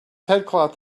headcloth